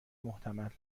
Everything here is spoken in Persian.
محتمل